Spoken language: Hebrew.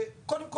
קודם כול,